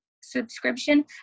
subscription